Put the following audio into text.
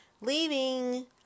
Leaving